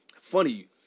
funny